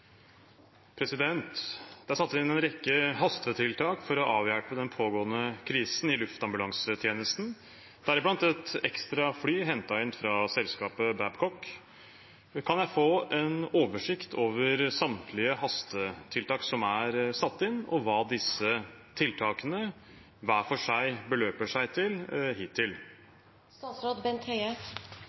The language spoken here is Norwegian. er bortreist. «Det er satt inn en rekke hastetiltak for å avhjelpe den pågående krisen i luftambulansetjenesten, deriblant et ekstra fly hentet inn fra selskapet Babcock. Kan jeg be om en oversikt over samtlige hastetiltak som er satt inn, og hva disse tiltakene hver for